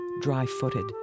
dry-footed